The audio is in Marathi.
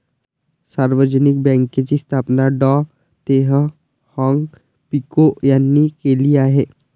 सार्वजनिक बँकेची स्थापना डॉ तेह हाँग पिओ यांनी केली आहे